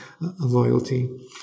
loyalty